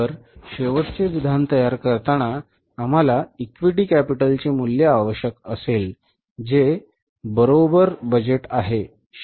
तर शेवटचे विधान तयार करताना आम्हाला इक्विटी कॅपिटलचे मूल्य आवश्यक असेल जे बरोबर बजेट आहे